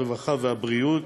הרווחה והבריאות,